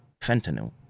fentanyl